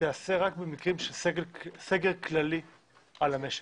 תיעשה רק במקרים של סגר כללי על המשק.